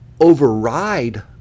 override